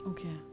Okay